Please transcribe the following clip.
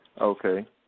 Okay